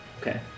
Okay